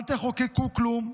אל תחוקקו כלום.